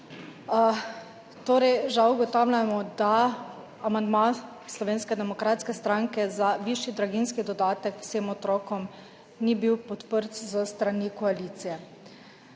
lepa. Žal ugotavljamo, da amandma Slovenske demokratske stranke za višji draginjski dodatek vsem otrokom ni bil podprt s strani koalicije.